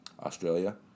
Australia